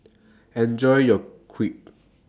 Enjoy your Crepe